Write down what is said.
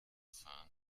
fahren